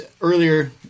earlier